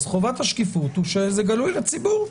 חובת השקיפות היא שזה גלוי לציבור,